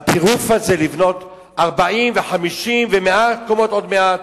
הטירוף הזה, לבנות 40 ו-50, ו-100 קומות עוד מעט,